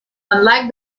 unlike